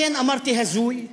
לכן אמרתי "הזוי".